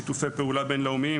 שיתופי פעולה בין-לאומיים,